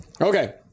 okay